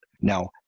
Now